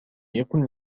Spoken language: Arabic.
يكن